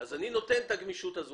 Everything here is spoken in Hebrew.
אני נותן את הגמישות הזאת,